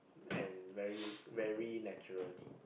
and very very naturally